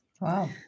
Wow